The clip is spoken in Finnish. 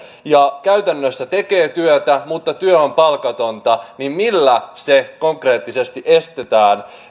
ja jos käytännössä tekee työtä mutta työ on palkatonta niin millä se konkreettisesti estetään